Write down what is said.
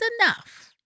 enough